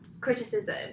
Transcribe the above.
criticism